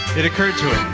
it occurred to him,